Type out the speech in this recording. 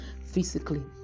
physically